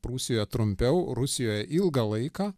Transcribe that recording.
prūsijoje trumpiau rusijoje ilgą laiką